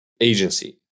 agency